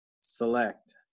select